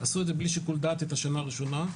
עשו בלי שיקול דעת את השנה הראשונה,